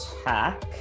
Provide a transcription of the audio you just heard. attack